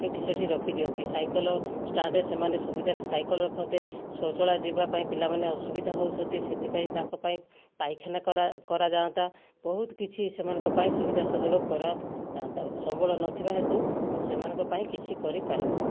ଏଠି ସେଠି ରଖି ଦିଅନ୍ତି ସାଇକଲ ଷ୍ଟାଣ୍ଡରେ ସେମାନେ ସୁବିଧାରେ ସାଇକଲ ରଖନ୍ତେ ଶୌଚାଳୟ ଯିବା ପାଇଁ ପିଲାମାନେ ଅସୁବିଧା ହେଉଛନ୍ତି ସେଥି ପାଇଁ ତାଙ୍କ ପାଇଁ ପାଇଖାନା କରା କରାଯାଆନ୍ତା ବହୁତ କିଛି ସେମାନଙ୍କ ପାଇଁ ସୁବିଧା ସୁଯୋଗ କରାଯାଆନ୍ତା ସମ୍ବଳ ନଥିବା ହେତୁ ମୁଁ ସେମାନଙ୍କ ପାଇଁ କିଛି କରି ପାରୁନି